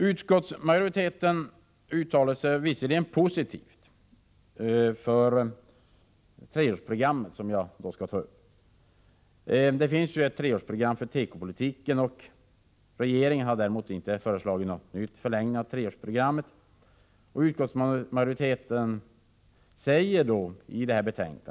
Utskottsmajoriteten uttalar sig positivt för ett nytt treårsprogram för tekopolitiken. Regeringen har däremot inte föreslagit någon förlängning av treårsprogrammet.